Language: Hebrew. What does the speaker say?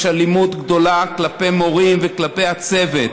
אלימות גדולה כלפי המורים וכלפי הצוות,